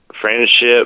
friendship